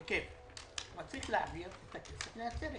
בנוסף,